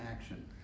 action